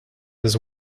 his